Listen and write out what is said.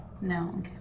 No